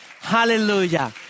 Hallelujah